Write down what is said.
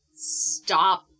stop